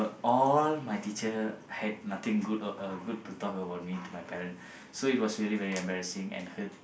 all my teacher had nothing good a~ uh good to talk about me to my parent so it was really very embarrassing and hurt